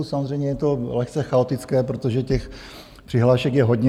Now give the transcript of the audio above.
Samozřejmě je to lehce chaotické, protože těch přihlášek je hodně.